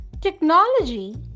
technology